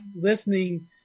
listening